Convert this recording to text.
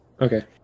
Okay